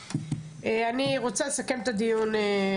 אני רוצה לסכם את הדיון הזה.